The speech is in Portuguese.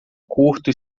curto